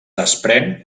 desprèn